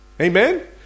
Amen